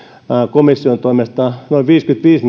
komission toimesta noin viisikymmentäviisi